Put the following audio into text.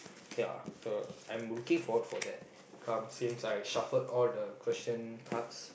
ya so I'm looking forward that come since I shuffled all the question cards